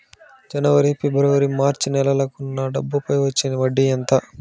జనవరి, ఫిబ్రవరి, మార్చ్ నెలలకు నా డబ్బుపై వచ్చిన వడ్డీ ఎంత